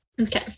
Okay